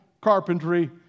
carpentry